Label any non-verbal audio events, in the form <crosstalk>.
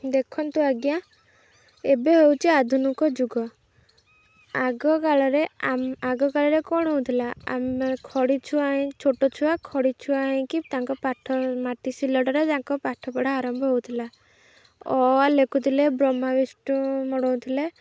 ଦେଖନ୍ତୁ ଆଜ୍ଞା ଏବେ ହେଉଛି ଆଧୁନିକ ଯୁଗ ଆଗକାଳରେ <unintelligible> ଆଗକାଳରେ କ'ଣ ହଉଥିଲା ଆମେ ଖଡ଼ି ଛୁଆଇଁ ଛୋଟ ଛୁଆ ଖଡ଼ି ଛୁଆଇଁକି ତାଙ୍କ ପାଠ ମାଟି ସିଲଟରେ ତାଙ୍କ ପାଠପଢ଼ା ଆରମ୍ଭ ହଉଥିଲା ଅ ଆ ଲେଖୁ ଥିଲେ ବ୍ରହ୍ମା ବିଷ୍ଣୁ ମଡ଼ଉ ଥିଲେ